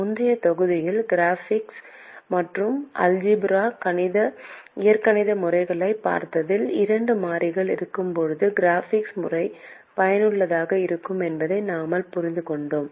முந்தைய தொகுதியில் க்ராபிகல்வரைகலை மற்றும் அல்ஜெப்ராய்க் இயற்கணித முறைகளைப் பார்த்ததில் இரண்டு மாறிகள் இருக்கும்போது க்ராபிகல் வரைகலை முறை பயனுள்ளதாக இருக்கும் என்பதை நாங்கள் புரிந்துகொள்கிறோம்